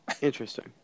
Interesting